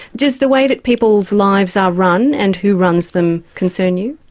does the way that people's lives are run and who runs them concern you?